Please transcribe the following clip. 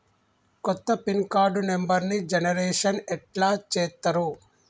కొత్త pin card నెంబర్ని generation ఎట్లా చేత్తరు?